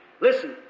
Listen